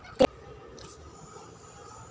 Credit card काढूसाठी काय काय लागत?